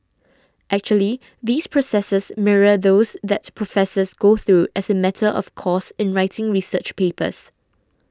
actually these processes mirror those that professors go through as a matter of course in writing research papers